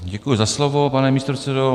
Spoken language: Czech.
Děkuji za slovo, pane místopředsedo.